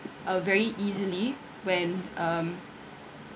uh very easily when um